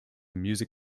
music